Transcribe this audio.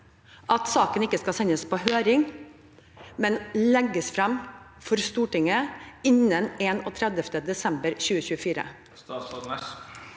at saken ikke skal sendes på høring, men legges frem for Stortinget innen 31. desember 2024?